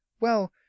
Well